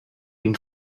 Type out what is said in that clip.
been